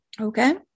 Okay